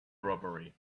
robbery